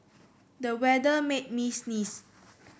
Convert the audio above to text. the weather made me sneeze